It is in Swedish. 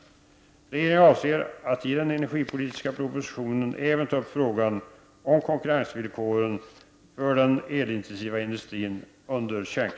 Regeringen avser att i den energipolitiska propositionen även ta upp frå